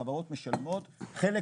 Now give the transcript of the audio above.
החברות משלמות חלק,